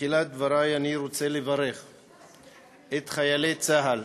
בתחילת דברי אני רוצה לברך את חיילי צה"ל